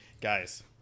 guys